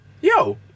Yo